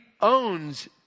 owns